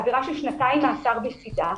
עבירה ששנתיים מאסר בצידה,